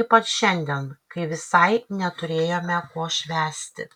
ypač šiandien kai visai neturėjome ko švęsti